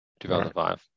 2005